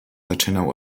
zaczynał